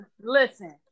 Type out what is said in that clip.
listen